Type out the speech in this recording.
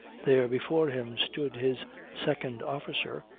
there, before him, stood his second officer,